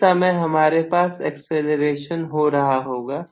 इस समय हमारे पास एक्सीलरेशन हो रहा होगा